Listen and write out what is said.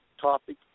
Topic